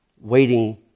waiting